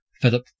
Philip